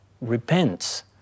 repents